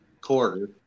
quarter